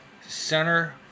Center